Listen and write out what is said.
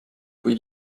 kui